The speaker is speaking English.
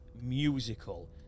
musical